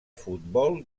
futbol